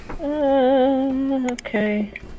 okay